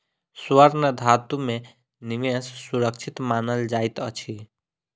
स्वर्ण धातु में निवेश सुरक्षित मानल जाइत अछि